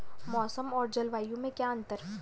मौसम और जलवायु में क्या अंतर?